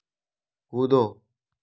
कूदो